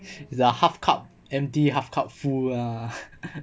ya half cup empty half cup full ah